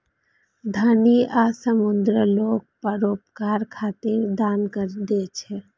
धनी आ समृद्ध लोग परोपकार खातिर दान दै छै